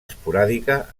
esporàdica